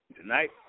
Tonight